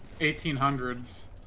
1800s